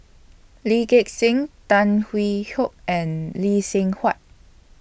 Lee Gek Seng Tan Hwee Hock and Lee Seng Huat